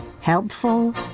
Helpful